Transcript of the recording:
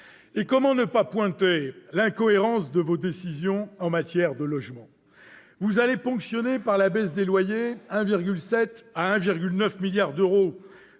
? Comment ne pas pointer l'incohérence de vos décisions en matière de logement ? Vous allez ponctionner, par la baisse des loyers, de 1,7 milliard à